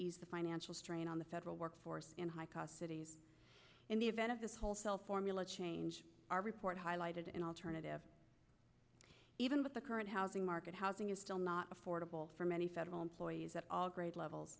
ease the financial strain on the federal workforce and high cost cities in the event of this whole cell formula change our report highlighted an alternative even with the current housing market housing is still not affordable for many federal employees at all grade levels